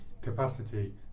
capacity